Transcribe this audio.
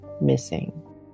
missing